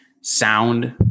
Sound